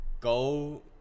go